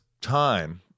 time